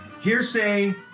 Hearsay